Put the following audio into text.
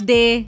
Day